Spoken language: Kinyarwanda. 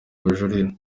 kujurira